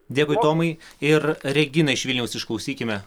dėkui tomai ir reginą iš vilniaus išklausykime